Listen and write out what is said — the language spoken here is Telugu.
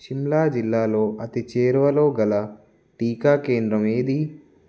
శిమ్లా జిల్లాలో అతి చేరువలో గల టీకా కేంద్రం ఏది